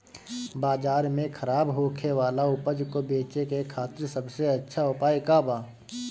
बाजार में खराब होखे वाला उपज को बेचे के खातिर सबसे अच्छा उपाय का बा?